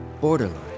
Borderline